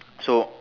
so